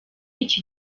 iki